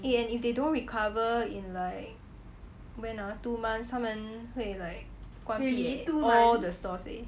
eh and if they don't recover in like when ah two months 他们会 like 关闭 leh all the stores leh